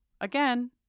again